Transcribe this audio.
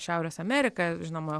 šiaurės amerika žinoma